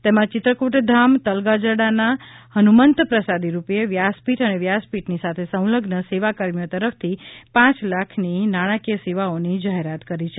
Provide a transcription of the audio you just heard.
એમાં ચિત્રફૂટધામ તલગાજરડાની હનુમંત પ્રસાદી રૂપે વ્યાસપીઠ અને વ્યાસપીઠની સાથે સંલઝ્ન સેવાકર્મીઓ તરફથી પાંચ લાખની નાણાકીય સેવાની જાહેરાત કરી છે